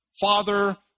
Father